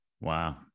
Wow